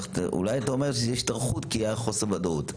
אולי אתה אומר שיש את ההיערכות כי הייתה חוסר ודאות,